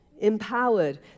empowered